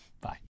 Bye